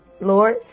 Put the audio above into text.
Lord